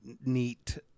neat